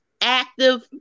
active